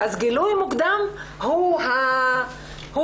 אז גילוי מוקדם הוא המרשם.